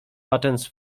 patents